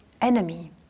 enemy